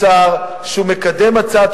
שאמה-הכהן מתפקידו כסגן יושב-ראש הכנסת,